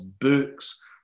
books